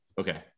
Okay